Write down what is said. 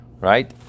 right